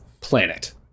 planet